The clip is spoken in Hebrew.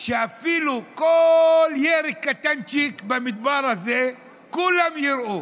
ואפילו כל ירק קטנצ'יק במדבר הזה כולם יראו,